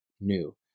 new